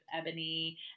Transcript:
Ebony